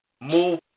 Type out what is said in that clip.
move